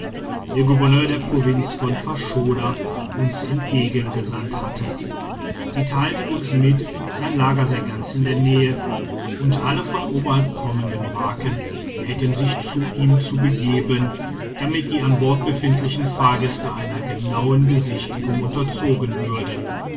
der gouverneur der provinz von faschoda uns entgegengesandt hatte sie teilten uns mit sein lager sei ganz in der nähe und alle von oberhalb kommenden barken hätten sich zu ihm zu begeben damit die an bord befindlichen fahrgäste einer genauen besichtigung unterzogen würden